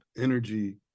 energy